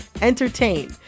entertain